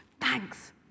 thanks